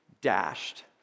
dashed